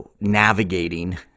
navigating